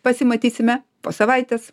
pasimatysime po savaitės